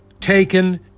taken